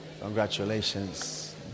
Congratulations